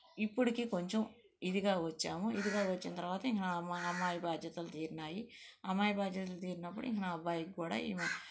ఇప్పటికి కొంచెం ఇదిగా వచ్చాము ఇదిగా వచ్చిన తరువాత ఇక నా మన అమ్మాయి భాద్యతలు తీరినాయి అమ్మాయి భాద్యతలు తీరీనప్పుడు ఇక నా అబ్బాయికి కూడా